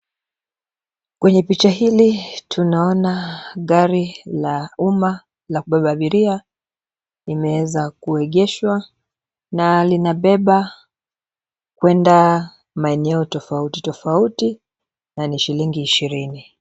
Kwenye picha hili tunaona gari la umma la kubeba abiria. Limeweza kuegeshwa na linabeba kuenda maeneo tofauti tofauti, na ni shilingi ishirini.